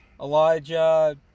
Elijah